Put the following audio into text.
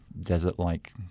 desert-like